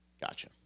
gotcha